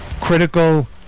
critical